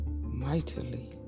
mightily